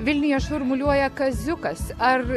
vilniuje šurmuliuoja kaziukas ar